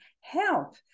help